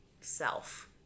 self